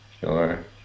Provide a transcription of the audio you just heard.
sure